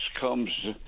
comes